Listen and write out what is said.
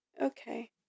Okay